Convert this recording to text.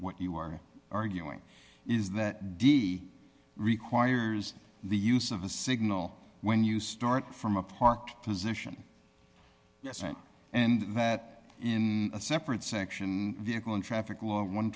what you are arguing is that de requires the use of a signal when you start from a parked position and that in a separate section vehicle in traffic law one